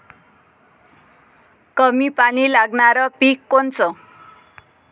कमी पानी लागनारं पिक कोनचं?